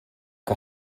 que